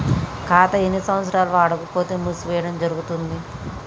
ఖాతా ఎన్ని సంవత్సరాలు వాడకపోతే మూసివేయడం జరుగుతుంది?